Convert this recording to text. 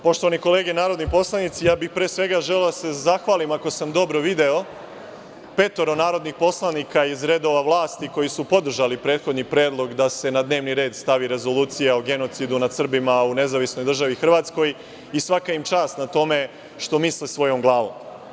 Poštovane kolege narodni poslanici, pre svega bih želeo da se zahvalim, ako sam dobro video, petoro narodnih poslanika iz redova vlasti koji su podržali prethodni predlog da se na dnevni red stavi Rezolucija o genocidu nad Srbima u Nezavisnoj državi Hrvatskoj i svaka im čast na tome što misle svojom glavom.